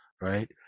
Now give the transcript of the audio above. right